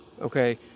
Okay